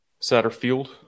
Satterfield